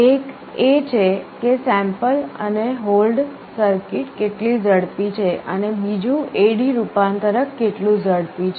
એક એ છે કે સેમ્પલ અને હોલ્ડ સર્કિટ કેટલી ઝડપી છે અને બીજું AD રૂપાંતરક કેટલું ઝડપી છે